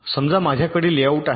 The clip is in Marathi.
समजा माझ्याकडे लेआउट आहे